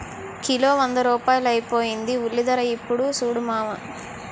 kilo వంద రూపాయలైపోయింది ఉల్లిధర యిప్పుడు సూడు మావా